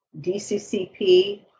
dccp